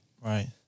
Right